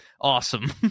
Awesome